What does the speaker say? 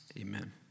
Amen